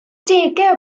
degau